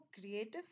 creative